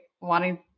wanting